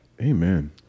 Amen